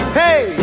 hey